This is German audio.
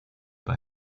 bei